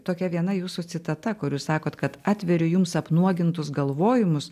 tokia viena jūsų citata kur jūs sakot kad atveriu jums apnuogintus galvojimus